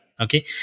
Okay